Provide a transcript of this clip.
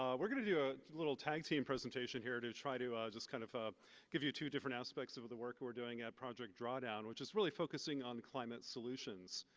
um we're gonna do a little tag-team presentation here to try to just kind of of give you two different aspects of of the work we're we're doing a project drawdown, which is really focusing on climate solutions.